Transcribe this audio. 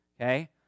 okay